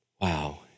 Wow